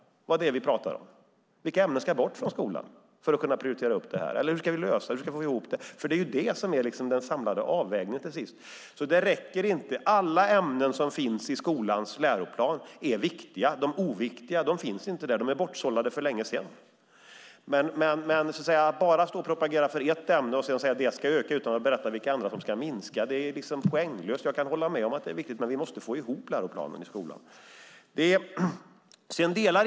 Vilka ämnen ska bort från skolan för att vi ska kunna prioritera de estetiska ämnena? Hur ska vi lösa det? Alla ämnen som finns i skolans läroplan är viktiga. De oviktiga finns inte där. De är bortsållade för länge sedan. Att propagera för ett ämne och säga att det ska öka utan att berätta vilka ämnen som ska minska är poänglöst. Jag kan hålla med om att ämnet är viktigt, men vi måste få ihop läroplanen i skolan.